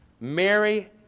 Mary